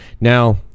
Now